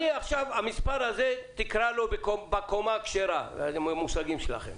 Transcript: נניח שהמספר הזה הוא בקומה הכשרה במושגים שלכם.